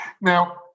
now